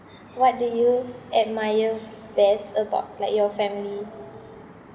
what do you admire best about like your family